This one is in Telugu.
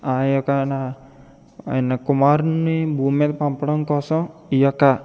ఆయొక్క నా ఆయన కుమారున్ని భూమి మీద పంపడం కోసం ఈయొక్క